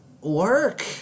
work